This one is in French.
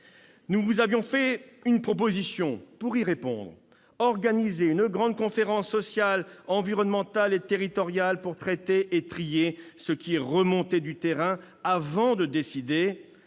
Nous vous avions fait une proposition pour y répondre : organiser une grande conférence sociale, environnementale et territoriale pour traiter et trier ce qui est remonté du terrain avant de décider.